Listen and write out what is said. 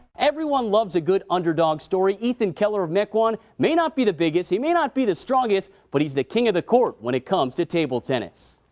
everyone loves a good underdog story. ethan keller of mequon may not be the biggest, he may not be the strongest, but he is the king of the court when it comes to table tennis.